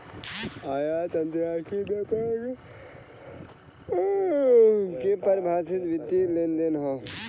आयात अंतरराष्ट्रीय व्यापार के परिभाषित वित्तीय लेनदेन हौ